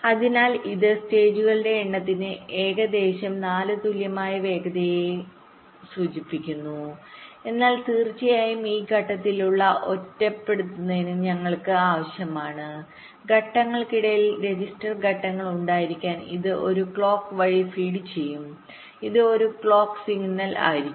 അതിനാൽ ഇത് സ്റ്റേജുകളുടെ എണ്ണത്തിന് ഏകദേശം 4 തുല്യമായ വേഗതയെ സൂചിപ്പിക്കുന്നു എന്നാൽ തീർച്ചയായും ഈ ഘട്ടങ്ങളെ ഒറ്റപ്പെടുത്തുന്നതിന് ഞങ്ങൾക്ക് ആവശ്യമാണ് ഘട്ടങ്ങൾക്കിടയിൽ രജിസ്റ്റർ ഘട്ടങ്ങൾ ഉണ്ടായിരിക്കാൻ ഇത് ഒരു ക്ലോക്ക് വഴി ഫീഡ് ചെയ്യും ഇത് ഒരു ക്ലോക്ക് സിഗ്നൽ ആയിരിക്കും